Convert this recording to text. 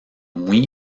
muy